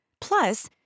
Plus